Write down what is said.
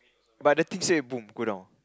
but the T-shirt boom go down